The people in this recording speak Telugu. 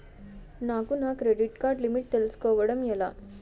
నాకు నా క్రెడిట్ కార్డ్ లిమిట్ తెలుసుకోవడం ఎలా?